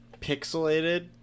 pixelated